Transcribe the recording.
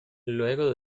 luego